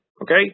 Okay